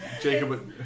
Jacob